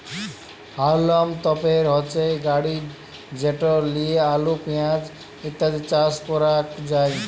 হাউলম তপের হচ্যে গাড়ি যেট লিয়ে আলু, পেঁয়াজ ইত্যাদি চাস ক্যরাক যায়